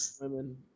women